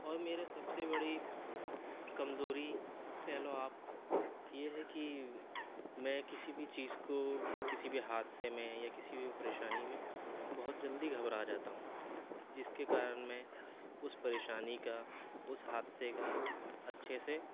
اور میرے سب سے بڑی کمزوری کہہ لو آپ یہ ہے کہ میں کسی بھی چیز کو کسی بھی حادثے میں یا کسی بھی پریشانی میں بہت جلدی گھبرا جاتا ہوں جس کے کارن میں اس پریشانی کا اس حادثے کا اچھے سے